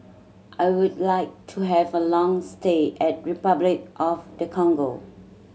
I would like to have a long stay at Repuclic of the Congo